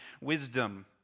wisdom